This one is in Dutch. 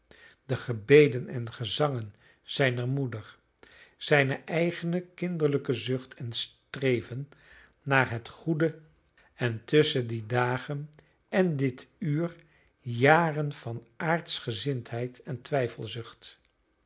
op de gebeden en gezangen zijner moeder zijne eigene kinderlijke zucht en streven naar het goede en tusschen die dagen en dit uur jaren van aardschgezindheid en